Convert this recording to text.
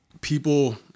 people